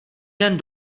jen